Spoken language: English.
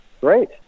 Great